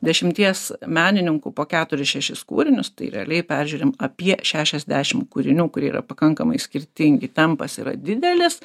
dešimties menininkų po keturis šešis kūrinius tai realiai peržiūrim apie šešiasdešim kūrinių kurie yra pakankamai skirtingi tempas yra didelis